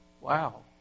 Wow